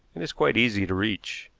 it is quite easy to reach.